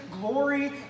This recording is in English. glory